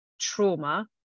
trauma